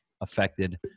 affected